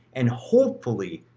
and hopefully,